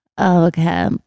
okay